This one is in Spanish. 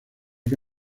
que